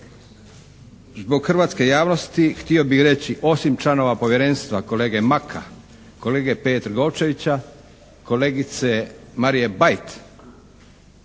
Zbog hrvatske javnosti htio bih reći osim članova povjerenstva kolege Maka, kolege Peje Trgovčevića, kolegice Marije Bajt